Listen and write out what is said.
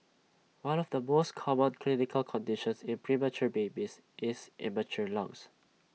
one of the most common clinical conditions in premature babies is immature lungs